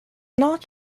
not